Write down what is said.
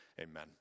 Amen